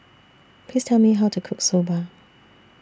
Please Tell Me How to Cook Soba